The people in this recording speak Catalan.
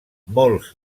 molts